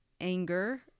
anger